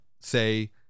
say